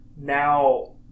now